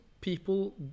people